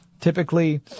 Typically